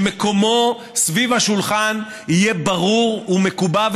שמקומו סביב השולחן יהיה ברור ומקובע.